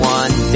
one